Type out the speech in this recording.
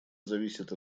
зависит